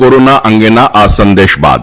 corona અંગેના આ સંદેશ બાદ